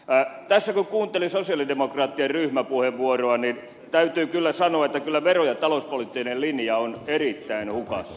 tässä kun kuunteli sosialidemokraattien ryhmäpuheenvuoroa täytyy kyllä sanoa että vero ja talouspoliittinen linja on erittäin hukassa